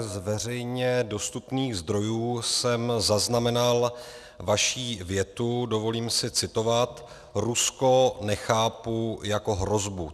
Z veřejně dostupných zdrojů jsem zaznamenal vaši větu, dovolím si citovat: Rusko nechápu jako hrozbu.